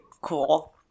cool